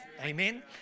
amen